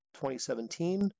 2017